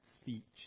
speech